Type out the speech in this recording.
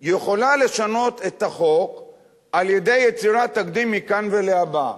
יכולה לשנות את החוק על-ידי יצירת תקדים מכאן ולהבא.